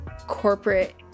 corporate